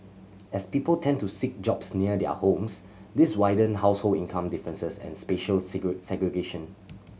as people tend to seek jobs near their homes this widen household income differences and spatial segregation